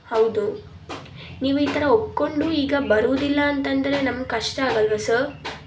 ಹೌದು ನೀವು ಈ ಥರ ಒಪ್ಪಿಕೊಂಡು ಈಗ ಬರುವುದಿಲ್ಲ ಅಂತ ಅಂದರೆ ನಮಗೆ ಕಷ್ಟ ಆಗಲ್ಲವಾ ಸರ್